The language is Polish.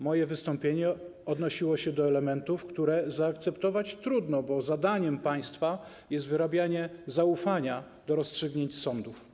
Moje wystąpienie odnosiło się do elementów, które zaakceptować trudno, bo zadaniem państwa jest wyrabianie zaufania do rozstrzygnięć sądów.